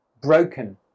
broken